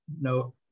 No